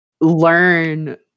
learn